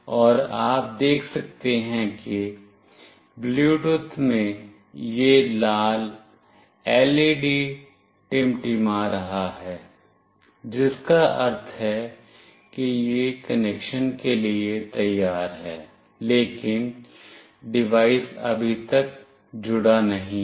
और आप देख सकते हैं कि ब्लूटूथ में यह लाल LED टिमटिमा रहा है जिसका अर्थ है कि यह कनेक्शन के लिए तैयार है लेकिन डिवाइस अभी तक जुड़ा नहीं है